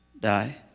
die